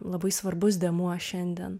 labai svarbus dėmuo šiandien